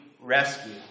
rescue